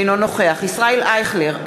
אינו נוכח ישראל אייכלר,